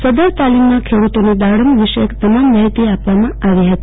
સદર તાલીમમાં ખેડૂતોને દાડમ વિષયક તમામ માહિતી આપવામાં આવેલ ફતી